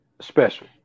special